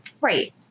Right